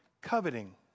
coveting